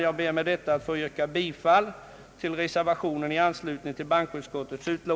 Jag ber med detta, herr talman, att få